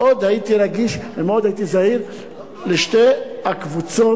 מאוד הייתי רגיש ומאוד הייתי זהיר לשתי הקבוצות,